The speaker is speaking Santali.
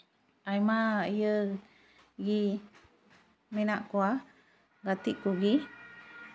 ᱟᱭᱢᱟ ᱜᱮ ᱢᱮᱱᱟᱜ ᱠᱚᱣᱟ ᱜᱟᱛᱮᱜ ᱠᱚᱜᱮ